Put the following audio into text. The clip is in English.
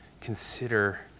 Consider